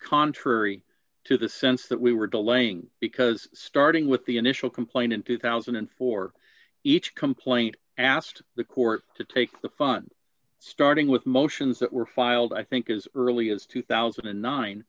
contrary to the sense that we were delaying because starting with the initial complaint in two thousand and four each complaint asked the court to take the fun starting with motions that were filed i think is early as two thousand and nine